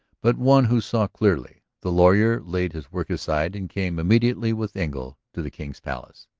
but one who saw clearly. the lawyer laid his work aside and came immediately with engle to the king's palace.